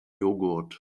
jogurt